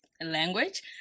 language